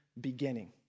beginning